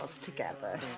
together